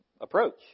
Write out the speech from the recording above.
approach